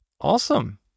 awesome